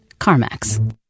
CarMax